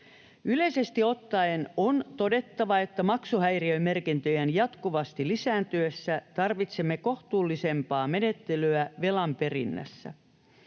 Yleisesti ottaen on todettava, että maksuhäiriömerkintöjen jatkuvasti lisääntyessä tarvitsemme kohtuullisempaa menettelyä velanperinnässä.